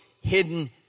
hidden